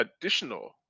additional